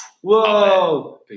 Whoa